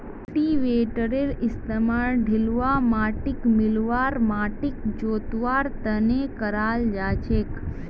कल्टीवेटरेर इस्तमाल ढिलवा माटिक मिलव्वा आर माटिक जोतवार त न कराल जा छेक